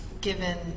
given